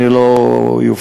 אני לא אופתע.